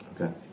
Okay